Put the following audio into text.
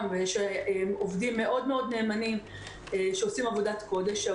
והם עובדים מאוד מאוד נאמנים שעושים עבודת קודש,